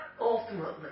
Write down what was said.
ultimately